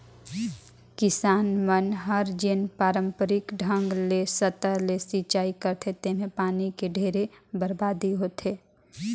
किसान मन हर जेन पांरपरिक ढंग ले सतह ले सिचई करथे तेम्हे पानी के ढेरे बरबादी होथे